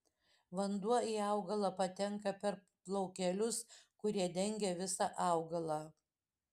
vanduo į augalą patenka per plaukelius kurie dengia visą augalą